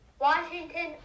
Washington